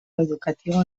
educatiu